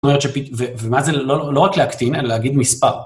זאת אומרת, ומה זה, לא רק להקטין, אלא להגיד מספר.